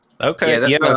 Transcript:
Okay